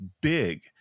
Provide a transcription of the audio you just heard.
big